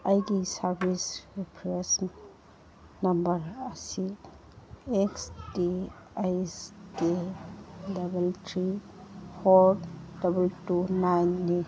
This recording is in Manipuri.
ꯑꯩꯒꯤ ꯁꯥꯔꯕꯤꯁ ꯔꯤꯐ꯭ꯔꯦꯟꯁ ꯅꯝꯕꯔ ꯑꯁꯤ X D S D double three four double two ꯅꯥꯏꯟꯅꯤ